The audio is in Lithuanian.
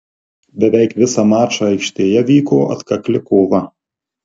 beveik visą mačą aikštėje vyko atkakli kova